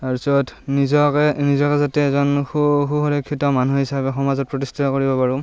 তাৰপিছত নিজকে নিজক যাতে এজন সু সুৰক্ষিত মানুহ হিচাপে সমাজত প্ৰতিষ্ঠিত কৰিব পাৰোঁ